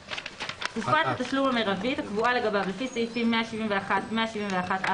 (3)תקופת התשלום המרבית הקבועה לגביו לפי סעיפים 171 ו-171א,